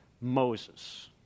Moses